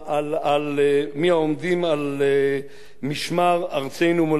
משמר ארצנו מולדתנו בימים קשים אלה.